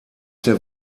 der